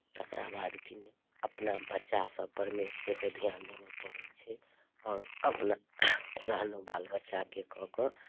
तकरा बाद किने अपना बच्चासभ परमे सेहो ध्यान देबय पड़ैत छै आओर अपना रहलहुँ बाल बच्चाके कऽ कऽ